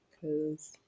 Cause